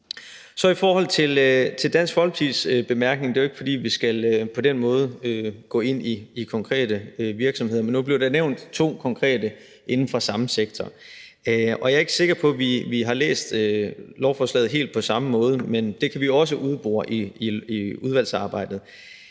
I forhold til Dansk Folkepartis bemærkning vil jeg sige, og det er jo ikke, fordi vi på den måde skal komme ind på konkrete virksomheder, men nu blev der nævnt to konkrete inden for samme sektor, at jeg ikke er sikker på, at vi har læst lovforslaget helt på samme måde, men det kan vi også udbore i udvalgsarbejdet.